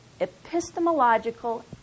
epistemological